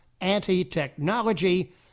anti-technology